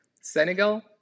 Senegal